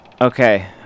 Okay